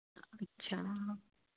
अच्छा